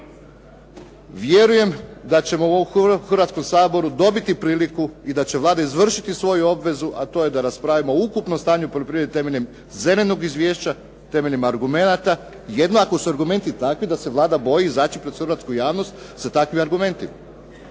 Vjerujem da ćemo u Hrvatskom saboru dobiti priliku i da će Vlada izvršiti svoju obvezu, a to je da raspravimo ukupno stanje poljoprivrede temeljem zelenog izvješća, temeljem argumenata. Jedino ako su argumenti takvi da se Vlada boji izaći pred hrvatsku javnost sa takvim argumentima.